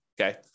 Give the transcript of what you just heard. Okay